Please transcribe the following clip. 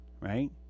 right